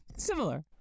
Similar